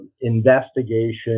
investigation